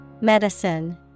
Medicine